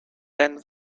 then